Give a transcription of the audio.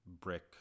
brick